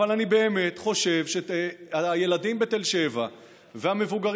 אבל אני באמת חושב שהילדים בתל שבע והמבוגרים